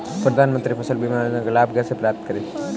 प्रधानमंत्री फसल बीमा योजना का लाभ कैसे प्राप्त करें?